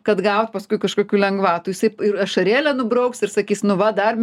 kad gaut paskui kažkokių lengvatų jisai ir ašarėlę nubrauks ir sakys nu va dar